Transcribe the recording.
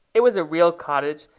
it was a real cottage,